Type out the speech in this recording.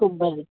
खूब बरें